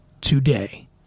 today